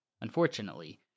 Unfortunately